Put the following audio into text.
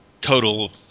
total